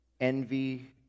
envy